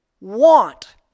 want